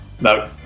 No